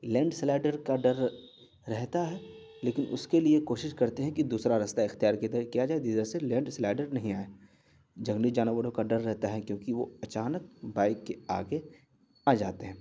land slider کا ڈر رہتا ہے لیکن اس کے لیے کوشش کرتے ہیں کہ دوسرا راستہ اختیار کیا جائے جدھر سے لینڈ سلائڈر نہیں آئے جنگلی جانوروں کا ڈر رہتا ہے کیونکہ وہ اچانک بائک کے آگے آ جاتے ہیں